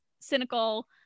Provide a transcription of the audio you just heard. cynical